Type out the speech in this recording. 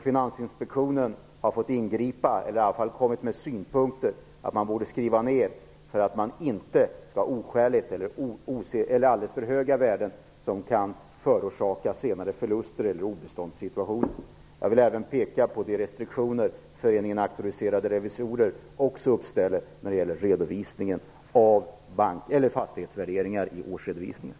Finansinspektionen har fått ingripa eller i alla fall komma med synpunkter på att bankerna borde skriva ned, så att man undviker för höga värden som kan förorsaka senare förluster eller obeståndssituationer. Jag vill även peka på de restriktioner Föreningen Auktoriserade Revisorer uppställer när det gäller redovisningen av fastighetsvärderingar i årsredovisningar.